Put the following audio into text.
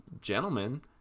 gentlemen